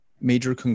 Major